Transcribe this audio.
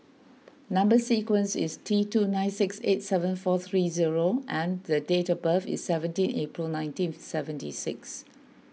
Number Sequence is T two nine six eight seven four three zero and date of birth is seventeen April nineteen seventy six